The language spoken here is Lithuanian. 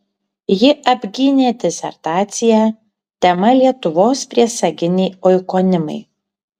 ji apgynė disertaciją tema lietuvos priesaginiai oikonimai